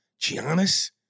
Giannis